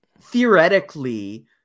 theoretically